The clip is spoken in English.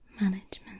management